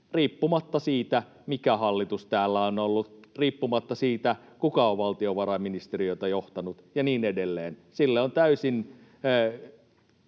riippumatta siitä, mikä hallitus täällä on ollut, riippumatta siitä, kuka on valtiovarainministeriötä johtanut ja niin edelleen. Sen käyttämiselle